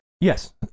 Yes